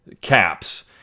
caps